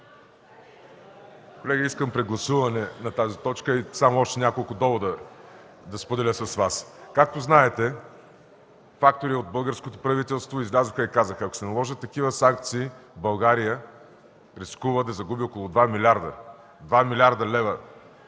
колеги, искам прегласуване на тази точка. Само още няколко довода искам да споделя с Вас. Както знаете, фактори от българското правителство излязоха и казаха, че ако се наложат такива санкции, България рискува да загуби около 2 млрд. лв.